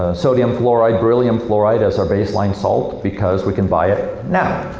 sodium-fluoride, beryllium-fluoride as our baseline salt, because we can buy it now.